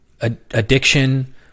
addiction